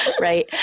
right